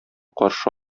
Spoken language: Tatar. каршы